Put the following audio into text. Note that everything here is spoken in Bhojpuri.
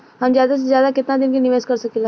हम ज्यदा से ज्यदा केतना दिन के निवेश कर सकिला?